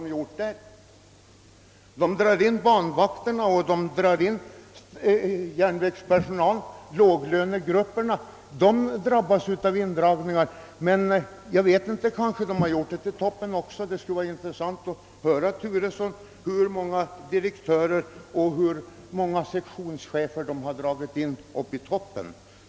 Man drar in järnvägspersonal i låglönegrupperna och kanske har så även skett i toppen. Det skulle vara intressant att av herr Turesson få veta hur många direktörer och sektionschefer som dragits in.